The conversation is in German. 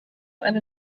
eine